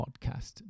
podcast